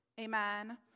Amen